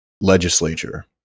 legislature